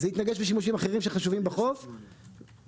זה יתנגש בשימושים אחרים בחוף, חשובים.